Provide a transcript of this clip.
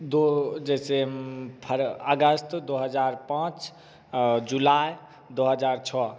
दो जैसे फर अगस्त दो हजार पाँच जुलाई दो हजार छ